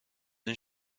این